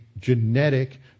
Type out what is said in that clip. genetic